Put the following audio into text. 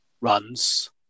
runs